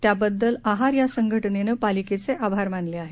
त्याबद्दल आहार या संघटनेनं पालिकेचे आभार मानले आहेत